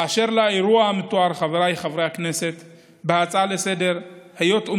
באשר לאירוע המתואר בהצעה לסדר-היום,